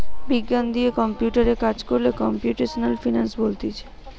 বিজ্ঞান দিয়ে কম্পিউটারে কাজ কোরলে কম্পিউটেশনাল ফিনান্স বলতিছে